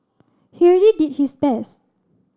he already did his best